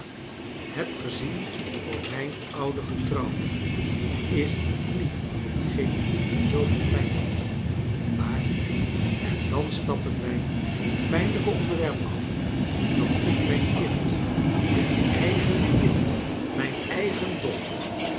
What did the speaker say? heb gezien voor mijn ouden getrouwe is niet hetgeen mij zooveel pijn doet maar en dan stappen wij van dit pijnlijke onderwerp af dat ik mijn kind mijn eigen kind mijn eigen dochter